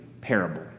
parable